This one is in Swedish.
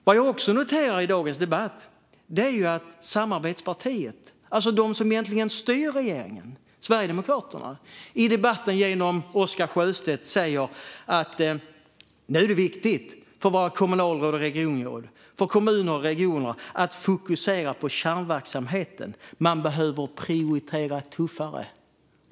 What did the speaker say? Vad jag också noterar i dagens debatt är att samarbetspartiet - alltså Sverigedemokraterna, det parti som egentligen styr regeringen - i debatten genom Oscar Sjöstedt säger att det nu är viktigt för våra kommunalråd och regionråd och för kommuner och regioner att fokusera på kärnverksamheten. De behöver prioritera tuffare.